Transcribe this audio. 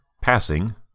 passing